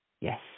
Yes